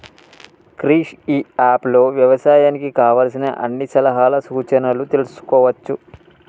క్రిష్ ఇ app లో వ్యవసాయానికి కావలసిన అన్ని సలహాలు సూచనలు తెల్సుకోవచ్చు